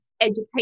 education